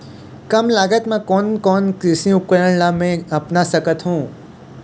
कम लागत मा कोन कोन कृषि उपकरण ला मैं अपना सकथो?